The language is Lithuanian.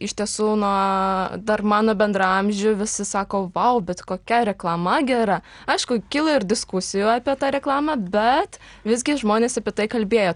iš tiesų nuo dar mano bendraamžių visi sako vau bet kokia reklama gera aišku kyla ir diskusijų apie tą reklamą bet visgi žmonės apie tai kalbėjo